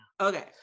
Okay